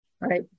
right